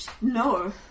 no